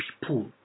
people